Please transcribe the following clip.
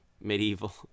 medieval